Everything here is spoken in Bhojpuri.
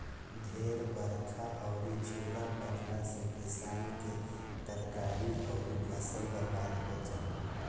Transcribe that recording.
ढेर बरखा अउरी झुरा पड़ला से किसान के तरकारी अउरी फसल बर्बाद हो जाला